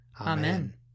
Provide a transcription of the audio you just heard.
Amen